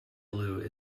blue